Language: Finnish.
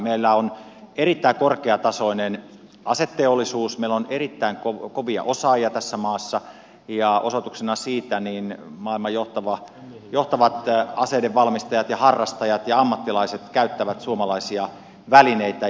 meillä on erittäin korkeatasoinen aseteollisuus meillä on erittäin kovia osaajia tässä maassa ja osoituksena siitä maailman johtavat aseiden valmistajat ja harrastajat ja ammattilaiset käyttävät suomalaisia välineitä